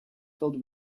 filled